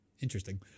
Interesting